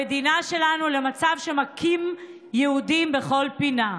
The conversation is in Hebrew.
במדינה שלנו, למצב שמכים יהודים בכל פינה.